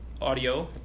audio